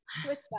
Switchback